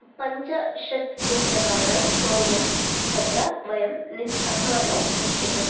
पञ्चाशत् रुप्यकानां मौल्यं तत्र वयम् अस्माभिः निश्चितं